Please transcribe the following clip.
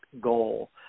goal